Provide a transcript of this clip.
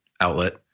outlet